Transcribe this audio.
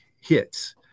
hits